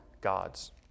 god's